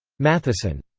matheson